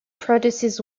produces